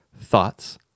thoughts